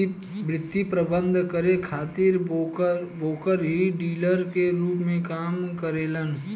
वित्तीय प्रबंधन करे खातिर ब्रोकर ही डीलर के रूप में काम करेलन